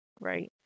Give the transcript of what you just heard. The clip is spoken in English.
Right